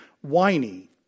whiny